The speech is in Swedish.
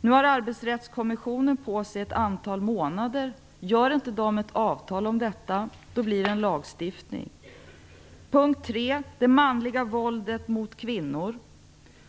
Nu har Arbetsrättskommissionen ett antal månader på sig. Skapar man inte ett avtal om detta blir det en lagstiftning på området. Den tredje punkten gäller det manliga våldet mot kvinnor.